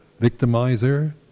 victimizer